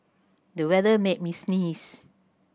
the weather made me sneeze